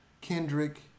Kendrick